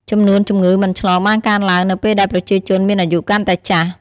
ចំនួនជំងឺមិនឆ្លងបានកើនឡើងនៅពេលដែលប្រជាជនមានអាយុកាន់តែចាស់។